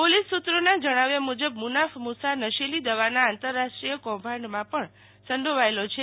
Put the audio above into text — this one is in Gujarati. પોલીસ સુત્રોના જણાવ્યા મુજબ મુન્નાફ મુ સા નશીલી દવાના આંતરાષ્ટ્રીય કૌભાંડમાં પણ સંડીવાયેલો છે